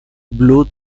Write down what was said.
blue